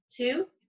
Two